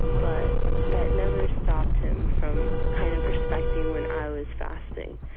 but that never stopped him from kind of respecting when i was fasting.